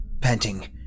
Panting